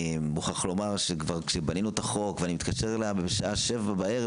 אני מוכרח לומר שכשבנינו את החוק והתקשרתי אליה בשעה שבע בערב,